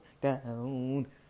down